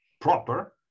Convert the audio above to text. proper